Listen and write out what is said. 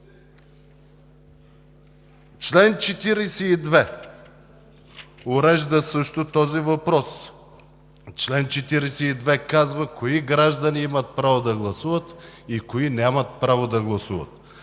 Член 42 също урежда този въпрос и казва кои граждани имат право да гласуват и кои нямат право да гласуват.